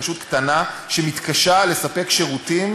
רשות קטנה שמתקשה לספק שירותים